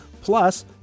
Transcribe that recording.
Plus